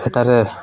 ଏଠାରେ